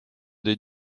des